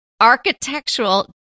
Architectural